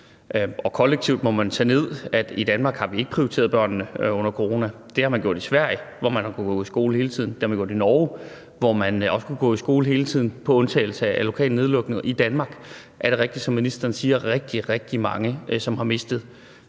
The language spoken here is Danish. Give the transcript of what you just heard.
Kollektivt må man jo tage ned, at vi i Danmark ikke har prioriteret børnene under corona. Det har man gjort i Sverige, hvor de har kunnet gå i skole hele tiden. Det har man gjort i Norge, hvor de også har kunnet gå i skole hele tiden, undtagen under lokale nedlukninger. I Danmark er der rigtig, rigtig mange, som ministeren siger, som har mistet